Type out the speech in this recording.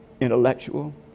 intellectual